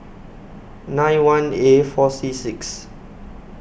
nine one A four C six